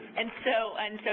and so, and so